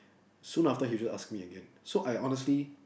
soon after he will ask me again so I'll honestly